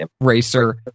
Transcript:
racer